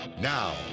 Now